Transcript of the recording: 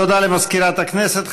תודה למזכירת הכנסת.